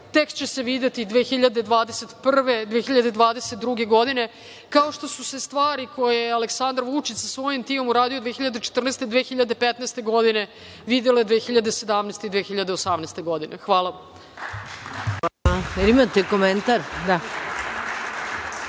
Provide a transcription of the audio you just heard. tek će se videti 2021, 2022. godine, kao što su se stvari koje je Aleksandar Vučić sa svojim timom uradio 2014, 2015. godine videle 2017, 2018. godine. Hvala